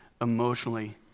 emotionally